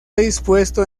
dispuesto